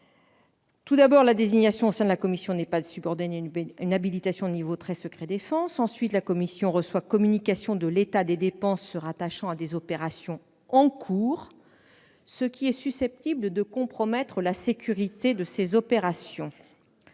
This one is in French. Tout d'abord, la désignation au sein de la commission n'est pas subordonnée à une habilitation de niveau Très Secret-Défense. [...] Ensuite, la commission reçoit communication de l'état des dépenses se rattachant à des opérations en cours, ce qui est susceptible de compromettre la sécurité de celles-ci.